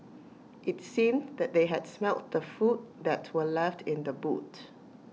IT seemed that they had smelt the food that were left in the boot